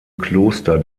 kloster